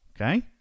okay